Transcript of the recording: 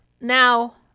now